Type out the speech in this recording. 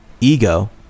ego